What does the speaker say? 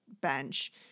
bench